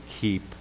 keep